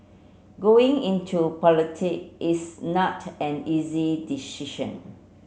going into politic is not an easy decision